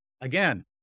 again